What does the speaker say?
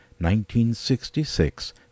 1966